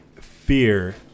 fear –